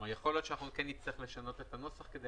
יכול להיות שנצטרך לשנות את הנוסח כדי